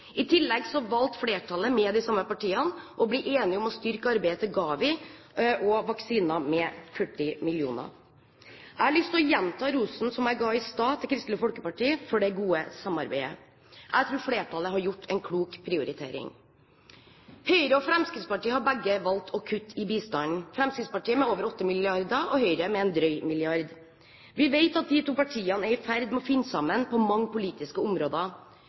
I tillegg valgte flertallet, med de samme partiene, å bli enige om å styrke arbeidet til GAVI og vaksiner med 40 mill. kr. Jeg har lyst til å gjenta rosen som jeg gav til Kristelig Folkeparti i sted, for det gode samarbeidet. Jeg tror at flertallet har gjort en klok prioritering. Høyre og Fremskrittspartiet har begge valgt å kutte i bistanden – Fremskrittspartiet med over 8 mrd. kr, og Høyre med en drøy milliard. Vi vet at de to partiene er i ferd med å finne sammen på mange politiske områder,